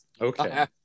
okay